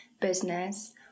business